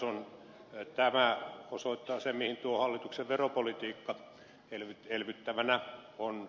tämä osoittaa sen mihin tuo hallituksen veropolitiikka elvyttävänä on johtanut